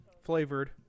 flavored